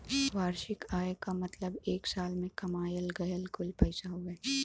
वार्षिक आय क मतलब एक साल में कमायल गयल कुल पैसा हउवे